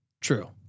True